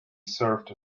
served